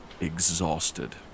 exhausted